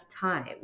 time